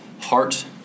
heart